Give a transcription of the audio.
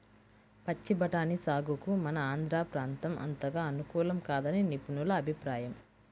పచ్చి బఠానీ సాగుకు మన ఆంధ్ర ప్రాంతం అంతగా అనుకూలం కాదని నిపుణుల అభిప్రాయం